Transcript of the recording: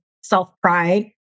self-pride